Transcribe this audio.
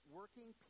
working